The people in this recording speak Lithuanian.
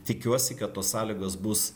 tikiuosi kad tos sąlygos bus